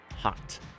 Hot